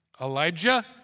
Elijah